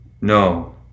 No